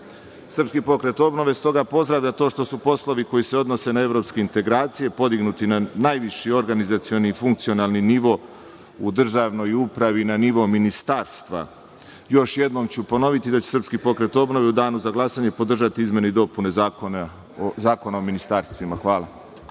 borbe. Srpski pokret obnove stoga pozdravlja to što su poslovi koji se odnose na evropske integracije podignuti na najviši organizacioni i funkcionalni nivo u državnoj upravi, na nivo ministarstva. Još jednom ću ponoviti da će SPO u danu za glasanje podržati izmene i dopune Zakona o ministarstvima. Hvala.